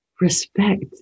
respect